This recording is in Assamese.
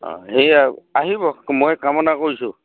অঁ সেয়ে আৰু আহিব মই কামনা কৰিছোঁ